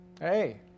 Hey